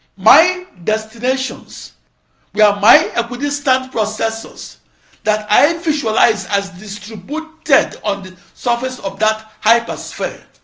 my destinations were my equidistant processors that i visualized as distributed on the surface of that hypersphere.